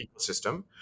ecosystem